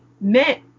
meant